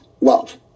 love